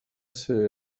ser